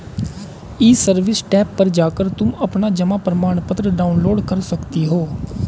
ई service tab पर जाकर तुम अपना जमा प्रमाणपत्र डाउनलोड कर सकती हो